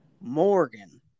morgan